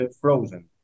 frozen